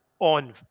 On